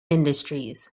industries